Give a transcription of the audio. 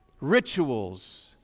rituals